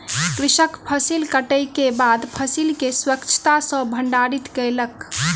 कृषक फसिल कटै के बाद फसिल के स्वच्छता सॅ भंडारित कयलक